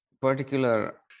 particular